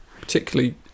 particularly